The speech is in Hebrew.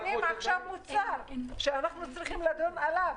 הם מביאים עכשיו מוצר שאנחנו צריכים לדון עליו,